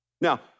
Now